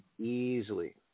easily